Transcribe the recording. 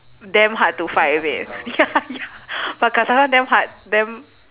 damn hard to fight with it ya ya but katana damn hard damn